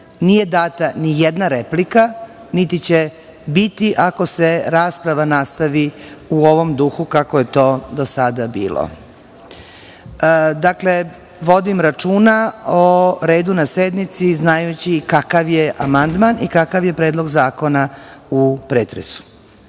Nije data ni jedna replika, niti će biti ako se rasprava nastavi u ovom duhu kako je to do sada bilo. Dakle, vodim računa o redu na sednici znajući kakav je amandman i kakav je Predlog zakona u pretresu. Da